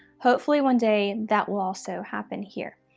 hopefully one day that will also happen here.